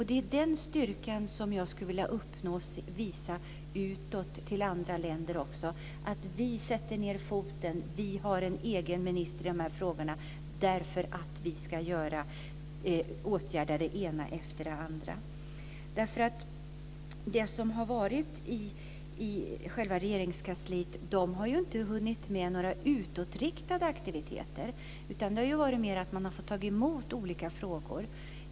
Det är den styrkan som jag vill visa utåt mot andra länder, nämligen att vi sätter ned foten, vi har en egen minister i frågorna och att vi ska åtgärda det ena efter det andra. Regeringskansliet har ju inte hunnit med några utåtriktade aktiviteter. Det har varit mera av att ta emot olika frågor.